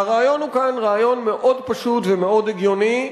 והרעיון כאן הוא רעיון מאוד פשוט ומאוד הגיוני,